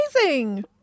Amazing